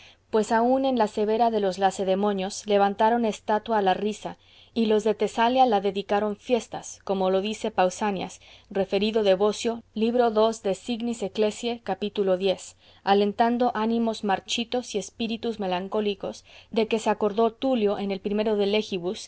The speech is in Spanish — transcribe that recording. pues aun en la severa de los lacedemonios levantaron estatua a la risa y los de tesalia la dedicaron fiestas como lo dice pausanias referido de bosio libro ii de signis ecclesiae cap alentando ánimos marchitos y espíritus melancólicos de que se acordó tulio en el primero de